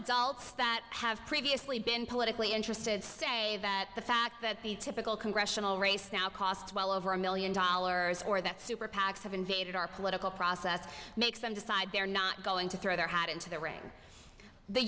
adults that have previously been politically interested say that the fact that the typical congressional race now cost well over a million dollars or that super pacs have invaded our political process makes them decide they're not going to throw their hat into the ring the